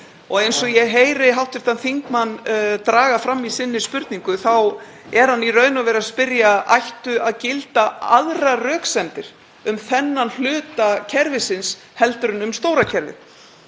Eins og ég heyri hv. þingmann draga fram í spurningu sinni þá er hann í raun og veru að spyrja: Ættu að gilda aðrar röksemdir um þennan hluta kerfisins en um stóra kerfið?